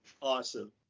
Awesome